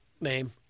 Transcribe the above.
name